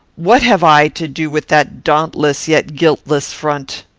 what have i to do with that dauntless yet guiltless front?